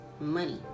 money